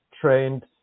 trained